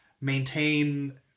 maintain